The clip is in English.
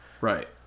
Right